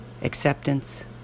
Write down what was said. acceptance